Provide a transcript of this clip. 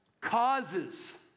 Causes